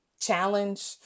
challenge